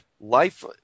life